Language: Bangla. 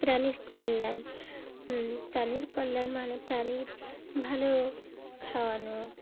প্রাণীর কল্যাণ প্রাণীর কল্যাণ মানে প্রাণীর ভালো খাওয়ানো